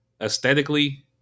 aesthetically